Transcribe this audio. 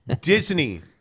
Disney